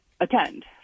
attend